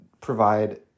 provide